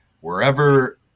wherever